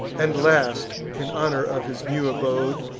and last, in honor of his new abode,